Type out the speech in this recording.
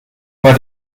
war